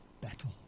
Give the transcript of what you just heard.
battle